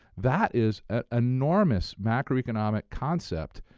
that is ah enormous macroeconomic concept.